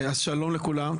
אז שלום לכולם,